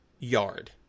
yard